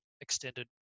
extended